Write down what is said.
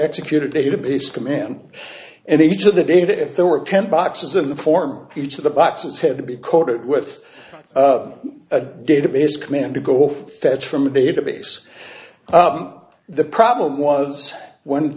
execute a database command and each of the data if there were ten boxes in the form each of the boxes had to be coated with a database command to go fetch from a database the problem was when